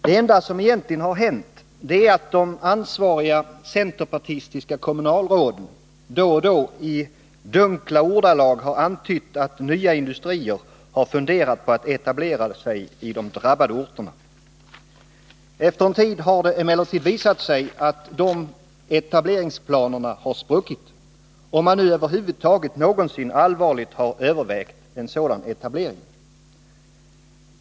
Det enda som egentligen har hänt är att de ansvariga centerpartistiska kommunalråden då och då i dunkla ordalag har antytt att nya industrier har funderat på att etablera sig i de drabbade orterna. Efter en tid har det visat sig att etableringsplanerna har spruckit — om man nu över huvud taget allvarligt har övervägt en etablering.